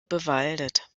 bewaldet